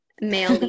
male